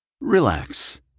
Relax